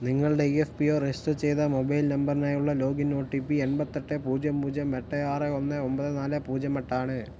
നിങ്ങളുടെ E F P O register ചെയ്ത mobile നമ്പറിനായുള്ള ലോഗിൻ ഒ ടി പി എൺപത്തിയെട്ട് പൂജ്യം പൂജ്യം എട്ട് ആറ് ഒന്ന് ഒൻപത് നാല് പൂജ്യം എട്ടാണ്